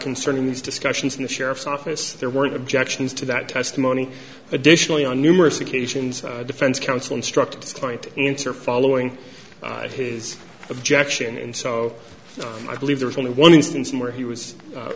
concerning these discussions in the sheriff's office there weren't objections to that testimony additionally on numerous occasions defense counsel instructs klein to answer following his objection and so i believe there's only one instance where he was